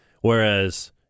whereas